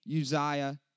Uzziah